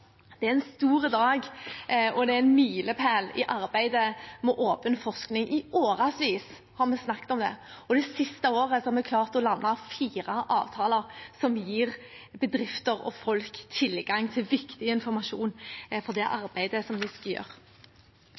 Det er en stor dag, og det er en milepæl i arbeidet med åpen forskning. I årevis har vi snakket om det, og det siste året har vi klart å lande fire avtaler som gir bedrifter og folk tilgang til viktig informasjon for det arbeidet de skal gjøre. I Kunnskapsdepartementet jobber vi med to stortingsmeldinger som skal